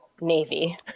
Navy